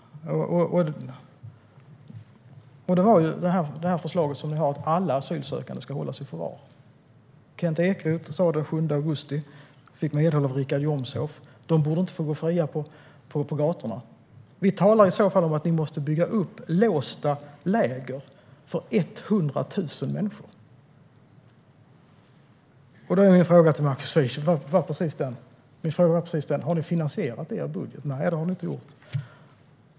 Den gällde förslaget att alla asylsökande ska hållas i förvar. Kent Ekeroth sa så den 7 augusti, och han fick medhåll av Richard Jomshof - de borde inte få röra sig fritt på gatorna. Vi talar i så fall om att vi måste bygga låsta läger för 100 000 människor. Har ni finansierat detta i er budget? Nej, det har ni inte gjort.